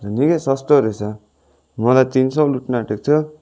निकै सस्तो रहेछ मलाई तिन सय लुट्न आटेको थियो